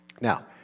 Now